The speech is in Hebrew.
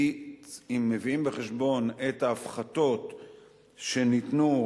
אם מביאים בחשבון את ההפחתות שניתנו,